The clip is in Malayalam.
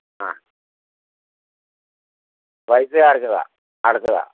ആ പൈസ ഞാൻ അടച്ചതാ അടച്ചതാ